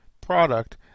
product